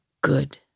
good